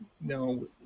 no